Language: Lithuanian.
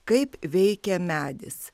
kaip veikia medis